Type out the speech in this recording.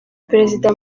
perezida